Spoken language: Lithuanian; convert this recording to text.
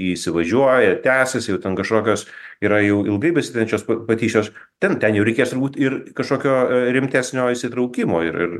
įsivažiuoja tęsiasi jau ten kažkokios yra jau ilgai besitęsiančios patyčios ten ten jau reikės turbūt ir kažkokio rimtesnio įsitraukimo ir ir